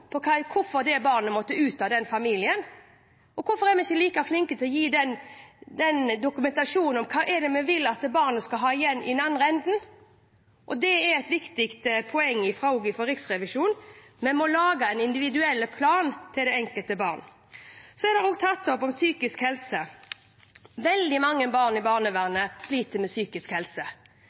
hvorfor et barn måtte ut av en familie, men hvorfor er vi ikke like flinke til å dokumentere hva vi vil at barnet skal ha i den andre enden? Det er et viktig poeng hos Riksrevisjonen også. Vi må lage en individuell plan for det enkelte barnet. Psykisk helse er også tatt opp. Veldig mange barn i barnevernet sliter med psykisk helse.